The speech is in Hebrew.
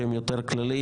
שהם יותר כלליים,